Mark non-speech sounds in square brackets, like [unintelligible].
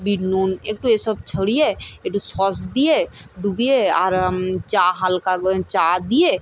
bit নুন একটু এসব ছড়িয়ে একটু সস দিয়ে ডুবিয়ে আর চা হালকা [unintelligible] চা দিয়ে